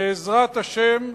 בעזרת השם,